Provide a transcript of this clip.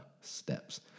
steps